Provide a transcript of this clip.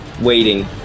waiting